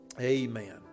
Amen